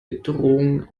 bedrohung